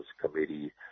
Committee